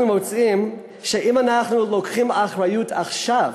אנחנו מוצאים שאם אנחנו לוקחים אחריות עכשיו